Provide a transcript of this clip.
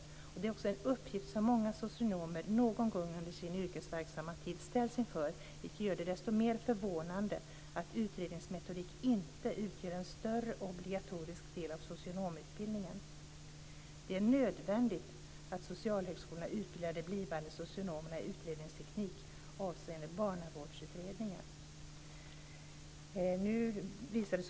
Eftersom det också är en uppgift som många socionomer någon gång under sin yrkesverksamma tid ställs inför, är det förvånande att utredningsmetodik inte utgör en större obligatorisk del av socionomutbildningen. Det är nödvändigt att socialhögskolorna utbildar de blivande socionomerna i utredningsteknik avseende barnavårdsutredningar.